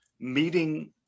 meeting